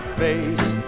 face